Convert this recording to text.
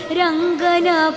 rangana